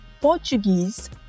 Portuguese